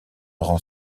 rend